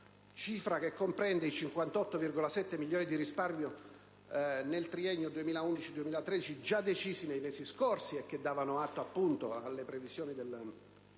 cifra che comprende i 58,7 milioni di risparmio nel triennio 2011-2013, già decisi nei mesi scorsi e che davano seguito alle previsioni del